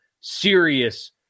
serious